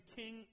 king